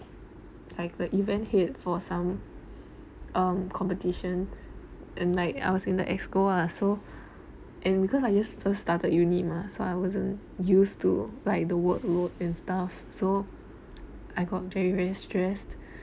like a event head for some um competition and like I was in the EXCO ah so and because I just first started uni mah so I wasn't used to like the workload and stuff so I got very very stressed